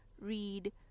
read